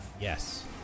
Yes